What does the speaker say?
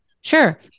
Sure